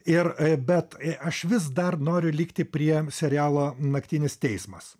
ir bet aš vis dar noriu likti prie serialo naktinis teismas